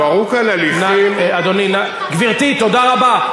תוארו כאן הליכים, הנה התושבים, גברתי, תודה רבה.